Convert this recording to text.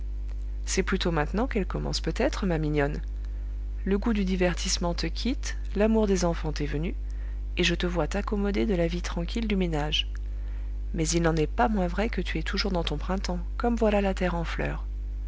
c'est plutôt maintenant qu'elle commence peut-être ma mignonne le goût du divertissement te quitte l'amour des enfants t'est venu et je te vois t'accommoder de la vie tranquille du ménage mais il n'en est pas moins vrai que tu es toujours dans ton printemps comme voilà la terre en fleurs